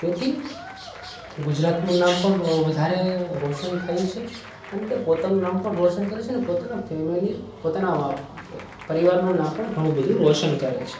તેથી ગુજરાતનું નામ પણ વધારે રોશન થયું છે અને તે પોતાનું નામ પણ રોશન કરે છે અને પોતાનાં ફેમેલી પોતાનાં પરિવારનું નામ પણ ઘણું બધું રોશન કરે છે